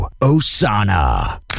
Osana